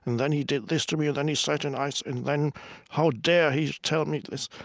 and then he did this to me. then he said, and i said and then how dare he tell me this,